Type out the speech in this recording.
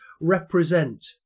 represent